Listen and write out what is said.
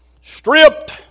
Stripped